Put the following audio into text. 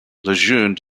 lejeune